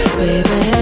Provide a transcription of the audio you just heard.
Baby